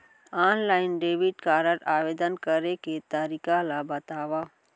Online debit card आवेदन करे के तरीका ल बतावव?